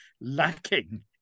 lacking